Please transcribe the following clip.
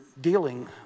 dealing